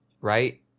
Right